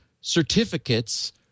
certificates